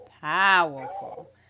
Powerful